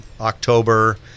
October